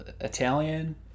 Italian